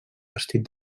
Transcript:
vestit